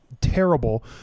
terrible